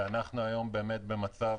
אנחנו היום באמת במצב